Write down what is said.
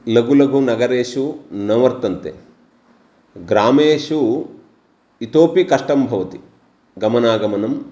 लघुलघुनगरेषु न वर्तन्ते ग्रामेषु इतोपि कष्टं भवति गमनागमनं